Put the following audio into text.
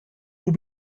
will